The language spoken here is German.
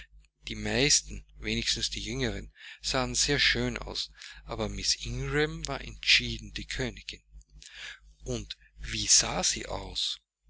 die meisten wenigstens die jüngeren sahen sehr schön aus aber miß ingram war entschieden die königin und wie sah sie aus